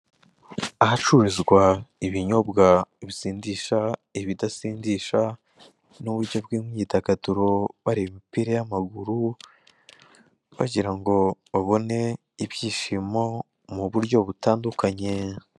Ahacururizwa ibinyobwa bisindisha ibidasindisha, n'uburyo bw'imyidagaduro bareba imipira y'amaguru bagira ngo babone ibyishimo mu buryo butanduknye.